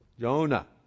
Jonah